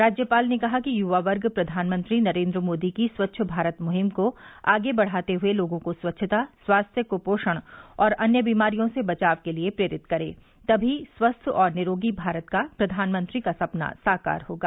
राज्यपाल ने कहा कि युवा वर्ग प्रधानमंत्री नरेन्द्र मोदी की स्वच्छ भारत मुहिम को आगे बढ़ाते हुए लोगों को स्वच्छता स्वास्थ्य कुपोषण और अन्य बीमारियों से बचाव के लिये प्रेरित करें तमी स्वस्थ और निरोगी भारत का प्रवानमंत्री का सपना साकार होगा